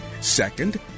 Second